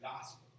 Gospel